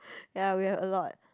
ya we have a lot